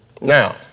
Now